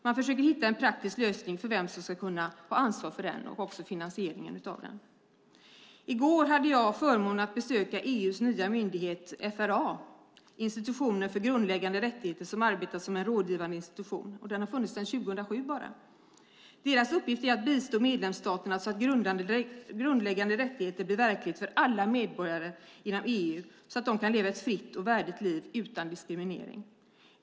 Man försöker hitta en praktisk lösning för vem som ska få ansvar för den och ska finansiera den. I går hade jag förmånen att besöka EU:s nya myndighet FRA, en rådgivande institution för grundläggande rättigheter. Den har funnits sedan 2007. FRA:s uppgift är att bistå medlemsstaterna så att grundläggande rättigheter blir verklighet för alla medborgare inom EU så att de kan leva ett fritt och värdigt liv utan diskriminering.